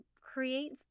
create